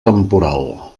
temporal